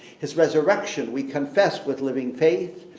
his resurrection we confess with living faith,